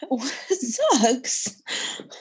Sucks